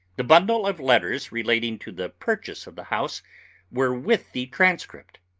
the bundle of letters relating to the purchase of the house were with the typescript.